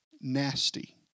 nasty